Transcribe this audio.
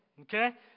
Okay